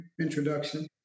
introduction